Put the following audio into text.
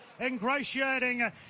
Ingratiating